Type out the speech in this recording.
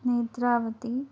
Netravati